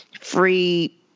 free